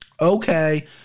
Okay